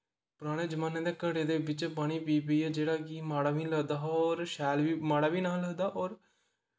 पराने जमान्ने दे घड़े दे बिच्च पानी पी पी जेह्ड़ा कि माड़ा बी नेईं लगदा हा होर शैल बी माड़ा बी नेहा लगदा होर